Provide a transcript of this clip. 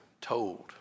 told